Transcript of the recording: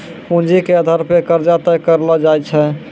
पूंजी के आधार पे कर्जा तय करलो जाय छै